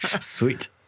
Sweet